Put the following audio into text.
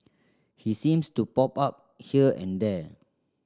he seems to pop up here and there